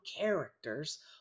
characters